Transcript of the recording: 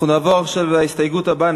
אנחנו נעבור עכשיו להסתייגות הבאה.